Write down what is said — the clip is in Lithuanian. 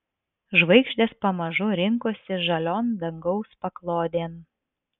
žvaigždės pamažu rinkosi žalion dangaus paklodėn